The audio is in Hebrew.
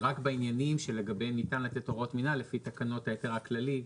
ורק בעניינים שלגביהם ניתן לתת הוראות מינהל לפי תקנות ההיתר הכללי.